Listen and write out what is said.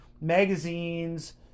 magazines